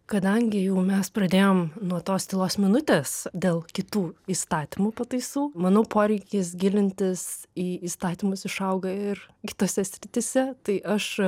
kadangi jau mes pradėjom nuo tos tylos minutės dėl kitų įstatymų pataisų manau poreikis gilintis į įstatymus išauga ir kitose srityse tai aš